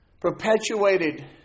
Perpetuated